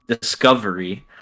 Discovery